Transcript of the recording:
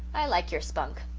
i like your spunk.